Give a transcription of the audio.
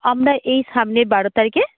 আমরা এই সামনের বারো তারিখে